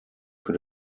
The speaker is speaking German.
für